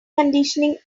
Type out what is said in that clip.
conditioning